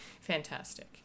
fantastic